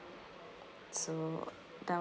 so there